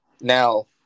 Now